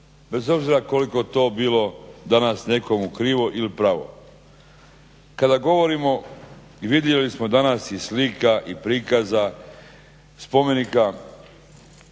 bez obzir koliko to bilo danas nekomu krivo ili pravo. Kada govorimo i vidjeli smo danas i slika i prikaza spomenika